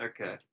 okay